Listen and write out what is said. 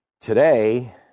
Today